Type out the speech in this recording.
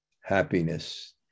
happiness